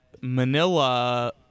Manila